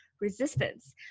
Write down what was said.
resistance